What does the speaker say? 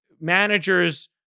managers